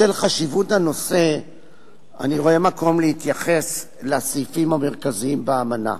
בשל חשיבות הנושא אני רואה מקום להתייחס לסעיפים המרכזיים באמנה.